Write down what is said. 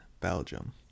Belgium